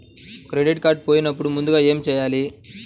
Credit card పోయినపుడు ముందుగా ఏమి చేయాలి?